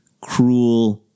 cruel